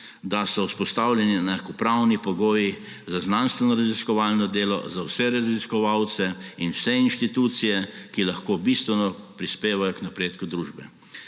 da so vzpostavljeni enakopravni pogoji za znanstvenoraziskovalno delo za vse raziskovalce in vse inštitucije, ki lahko bistveno prispevajo k napredku družbe.